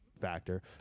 factor